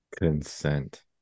Consent